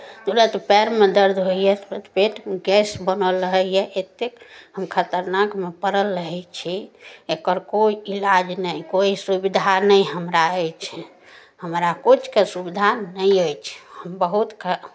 तुरन्त पएरमे दर्द होइए तुरन्त पेटमे गैस बनल रहैए एतेक हम खतरनाकमे पड़ल रहैत छी एकर कोइ इलाज नहि कोइ सुविधा नहि हमरा अछि हमरा किछुके सुविधा नहि अछि हम बहुत ख